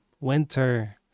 winter